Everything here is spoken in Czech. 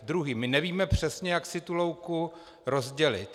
Druhý: my nevíme přesně, jak si tu louku rozdělit.